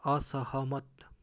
असहमत